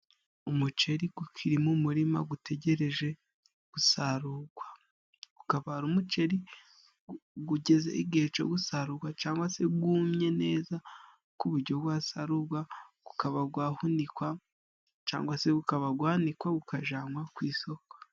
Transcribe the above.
Umuceri ukiri mu murima utegereje gusarurwa. Ukaba ari umuceri ugeze igihe cyo gusarugwa cyangwa se wumye neza ku buryo wasarurwa ukaba wahunikwa cyangwa se ukaba wanikwa ukajyanwa ku isoko.